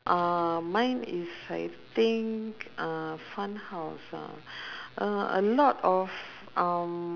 uh mine is I think uh fun house ah uh a lot of um